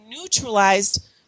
neutralized